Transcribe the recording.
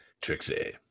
Trixie